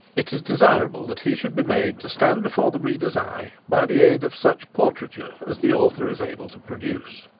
it is desirable that he should be made to stand before the reader's eye by the aid of such portraiture as the author is able to produce.